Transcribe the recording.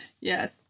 Yes